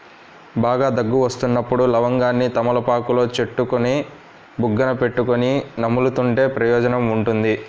బాగా దగ్గు వస్తున్నప్పుడు లవంగాన్ని తమలపాకులో చుట్టుకొని బుగ్గన పెట్టుకొని నములుతుంటే ప్రయోజనం ఉంటుంది